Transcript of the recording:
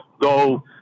go